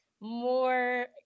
more